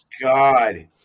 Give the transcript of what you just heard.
God